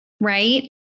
right